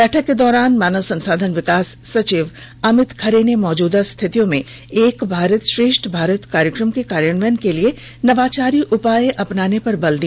बैठक के दौरान मानव संसाधन विकास सचिव अमित खरे ने मौजूदा स्थितियों में एक भारत श्रेष्ठ भारत कार्य क्र म के कार्यान्वयन के लिए नवाचारी उपाय अपनाने पर बल दिया